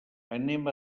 anem